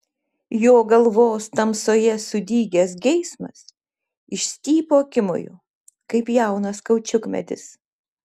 jo galvos tamsoje sudygęs geismas išstypo akimoju kaip jaunas kaučiukmedis